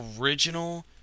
original